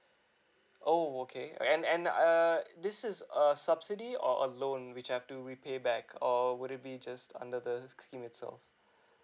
oh okay and and err this is a subsidy or a loan which I have to repay back or would it be just under this scheme itself